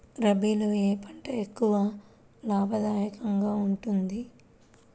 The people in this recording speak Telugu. రబీలో ఏ పంట ఎక్కువ లాభదాయకంగా ఉంటుంది?